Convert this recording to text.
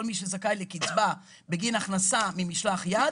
כל מי שזכאי לקצבה בגין הכנסה ממשלח יד,